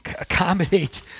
accommodate